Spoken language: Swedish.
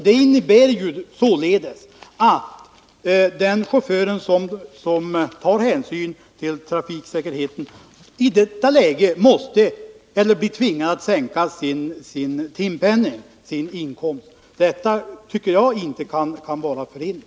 Det innebär att den chaufför som tar hänsyn till trafiksäkerheten i detta läge blir tvingad att sänka sin inkomst. Detta tycker jag inte kan vara rimligt.